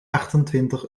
achtentwintig